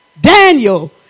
Daniel